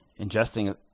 ingesting